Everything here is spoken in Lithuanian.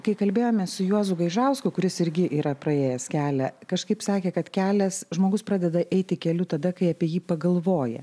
kai kalbėjomės su juozu gaižausku kuris irgi yra praėjęs kelią kažkaip sakė kad kelias žmogus pradeda eiti keliu tada kai apie jį pagalvoja